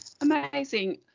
Amazing